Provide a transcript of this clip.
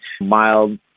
mild